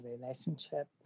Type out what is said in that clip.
relationship